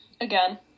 again